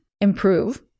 improve